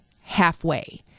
halfway